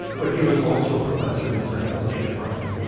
well, he was also a professor in the psychology department,